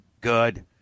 Good